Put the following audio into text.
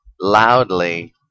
loudly